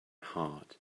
hard